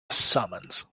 summons